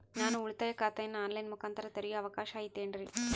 ನಾನು ಉಳಿತಾಯ ಖಾತೆಯನ್ನು ಆನ್ ಲೈನ್ ಮುಖಾಂತರ ತೆರಿಯೋ ಅವಕಾಶ ಐತೇನ್ರಿ?